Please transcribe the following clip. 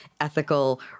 ethical